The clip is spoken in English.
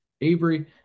avery